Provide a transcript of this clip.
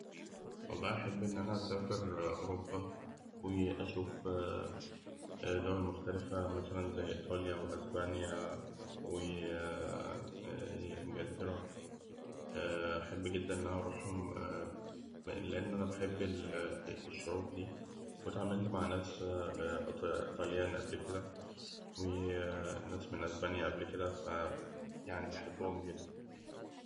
والله أحب إن أنا أسافر أوروبا، وأشوف دول مختلفة زي إيطاليا، وأسبانيا، و إنجلترا، أحب جداً إن أروحهم، لأن أنا بحب ال الشعوب دي، واتعاملت مع ناس طليان قبل كده، وناس من أسبانيا قبل كده ف يعني بحبهم جداً.